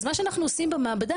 אז מה שאנחנו עושים במעבדה,